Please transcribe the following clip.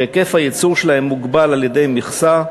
שהיקף הייצור שלהם מוגבל על-ידי מכסה,